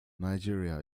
nigeria